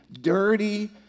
dirty